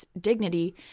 dignity